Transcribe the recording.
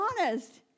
honest